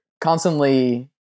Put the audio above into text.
constantly